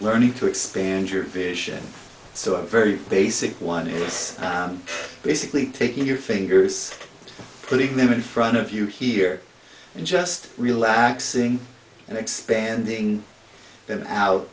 learning to expand your vision so a very basic one is it's basically taking your fingers putting them in front of you here and just relaxing and expanding out